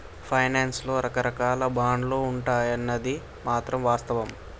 finance లో రకరాకాల బాండ్లు ఉంటాయన్నది మాత్రం వాస్తవం